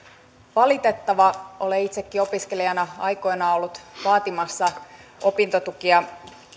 valitettava olen itsekin opiskelijana aikoinaan ollut vaatimassa opintotukea